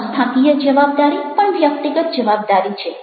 સંસ્થાકીય જવાબદારી પણ વ્યક્તિગત જવાબદારી છે